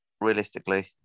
realistically